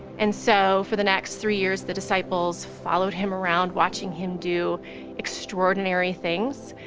and so, for the next three years, the disciples followed him around watching him do extraordinary things.